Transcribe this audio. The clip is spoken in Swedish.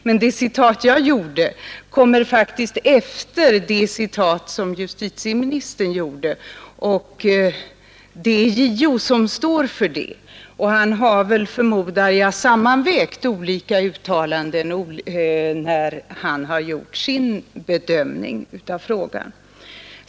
Men det citatet jag gjorde kommer faktiskt efter det citat som justitieministern gjorde, och det är JO som står för yttrandet, och han har, förmodar jag, sammanvägt olika uttalanden när han har gjort sin bedömning av frågan.